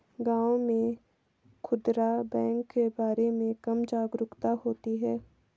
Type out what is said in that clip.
गांव में खूदरा बैंक के बारे में कम जागरूकता होती है